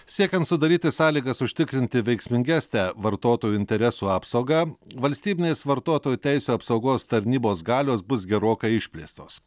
siekiant sudaryti sąlygas užtikrinti veiksmingesnę vartotojų interesų apsaugą valstybinės vartotojų teisių apsaugos tarnybos galios bus gerokai išplėstos